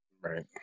Right